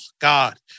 God